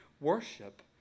worship